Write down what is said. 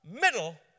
middle